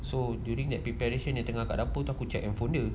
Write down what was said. so during that preparation dia tengah kat dapur aku check her phone dia